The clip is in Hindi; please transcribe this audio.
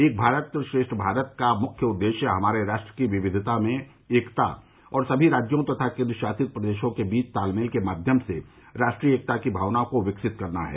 एक भारत श्रेष्ठ भारत का मुख्य उद्देश्य हमारे राष्ट्र की विविधता में एकता और समी राज्यों तथा केन्द्रशासित प्रदेशों के बीच तालमेल के माध्यम से राष्ट्रीय एकता की भावना को विकसित करना है